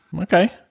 Okay